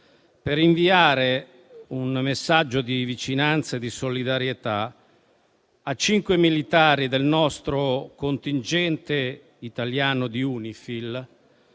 per inviare un messaggio di vicinanza e di solidarietà a cinque militari del contingente italiano di UNIFIL